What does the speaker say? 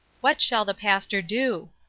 what shall the pastor do?